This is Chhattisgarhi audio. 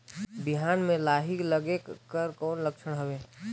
बिहान म लाही लगेक कर कौन लक्षण हवे?